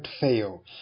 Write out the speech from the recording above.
fail